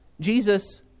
Jesus